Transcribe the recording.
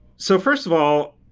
so, first of all,